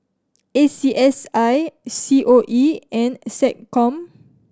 A C S I C O E and SecCom